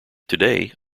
today